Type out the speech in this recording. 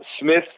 Smith